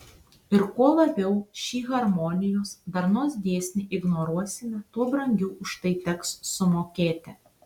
ir kuo labiau šį harmonijos darnos dėsnį ignoruosime tuo brangiau už tai teks sumokėti